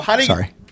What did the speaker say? sorry